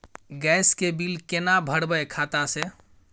Gas के bill केना भरबै खाता से?